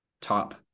top